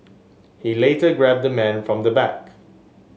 he later grabbed the man from the back